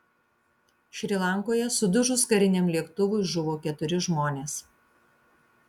šri lankoje sudužus kariniam lėktuvui žuvo keturi žmonės